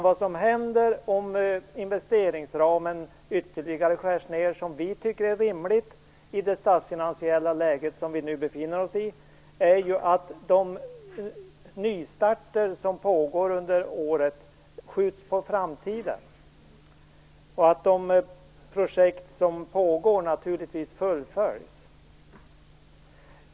Vad som händer om investeringsramen ytterligare skärs ned, såsom vi tycker är rimligt i det statsfinansiella läge vi nu befinner oss i, är att de nystarter som planerats under året skjuts på framtiden och att de projekt som pågår naturligtvis fullföljs.